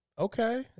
Okay